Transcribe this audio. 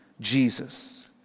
Jesus